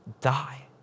die